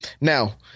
Now